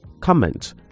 comment